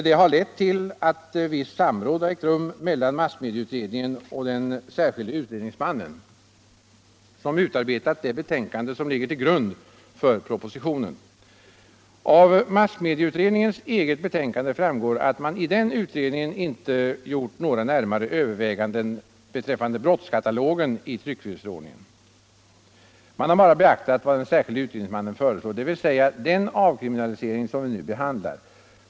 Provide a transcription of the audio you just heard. Det har lett till att visst samråd ägt rum mellan massmedieutredningen och den särskilde utredningsmannen, som utarbetat det betänkande som ligger till grund för propositionen. Av massmedieutredningens eget betänkande framgår att man i den utredningen inte gjort några närmare överväganden beträffande brottskatalogen i tryckfrihetsförordningen. Man har bara beaktat vad den särskilde utredningsmannen föreslår, dvs. den avkriminalisering som vi nu behandlar.